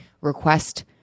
request